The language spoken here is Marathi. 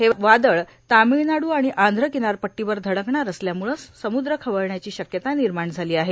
हे वादळ तामीळनाडू आणि आंध्र किनार पट्टीवर धडकणार असल्यामुळं समुद्र खवळण्याची शक्यता निर्माण झाली आहे